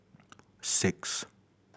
six